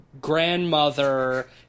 grandmother